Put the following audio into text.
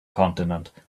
continent